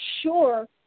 sure